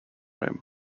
him